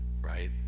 right